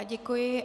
Děkuji.